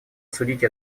осудить